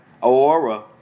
Aura